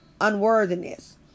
unworthiness